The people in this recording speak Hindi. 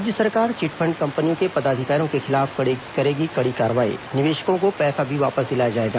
राज्य सरकार चिटफंड कम्पनियों के पदाधिकारियों के खिलाफ करेगी कड़ी कार्रवाई निवेशकों को पैसा भी वापस दिलाया जाएगा